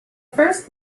first